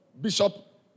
Bishop